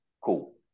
Cool